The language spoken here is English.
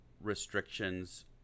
restrictions